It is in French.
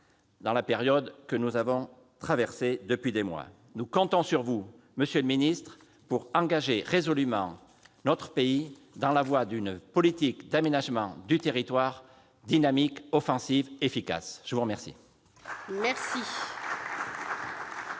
dans la période que nous traversons depuis des mois. Nous comptons sur vous, monsieur le ministre, pour engager résolument notre pays sur la voie d'une politique d'aménagement du territoire dynamique, offensive, efficace. La parole